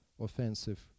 offensive